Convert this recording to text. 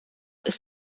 ist